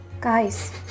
guys